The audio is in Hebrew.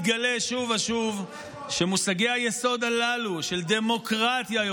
מתגלה שוב ושוב שמושגי היסוד הללו של דמוקרטיה,